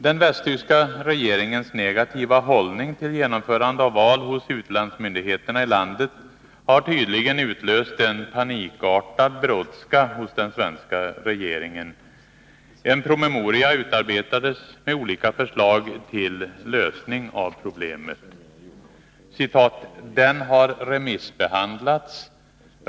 Den västtyska regeringens negativa hållning till genomförande av val hos utlandsmyndigheterna i landet har tydligen utlöst en panikartad brådska hos den svenska regeringen. En promemoria utarbetades med olika förslag till lösning av problemet. ”Den har remissbehandlats.